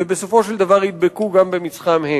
ובסופו של דבר ידבקו גם במצחם הם.